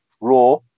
raw